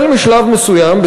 משלב מסוים,